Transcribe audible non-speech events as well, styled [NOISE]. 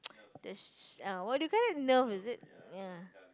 [NOISE] the sh~ ah what do you call it Nerf is it ya